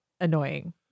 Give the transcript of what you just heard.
annoying